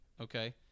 okay